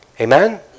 Amen